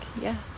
Yes